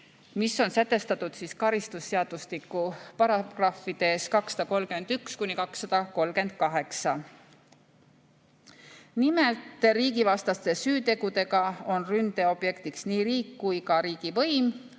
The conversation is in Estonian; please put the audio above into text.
mis on sätestatud karistusseadustiku §‑des 231–238. Nimelt, riigivastaste süütegude puhul on ründeobjektiks nii riik kui ka riigivõim,